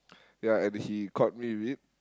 yeah and he caught me with it